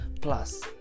plus